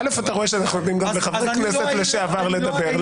אתה רואה שאנחנו נותנים גם לחברי כנסת לשעבר לדבר,